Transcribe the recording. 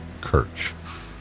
Kirch